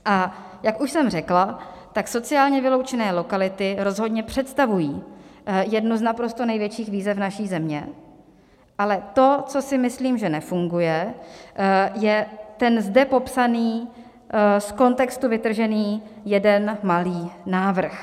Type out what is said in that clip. A jak už jsem řekla, tak sociálně vyloučené lokality rozhodně představují jednu z naprosto největších výzev naší země, ale to, co si myslím, že nefunguje, je ten zde popsaný, z kontextu vytržený jeden malý návrh.